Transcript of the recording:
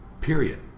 Period